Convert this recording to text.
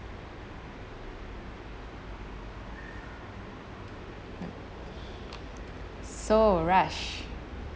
so raj